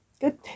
good